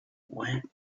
were